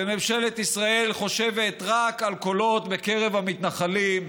וממשלת ישראל חושבת רק על קולות בקרב המתנחלים.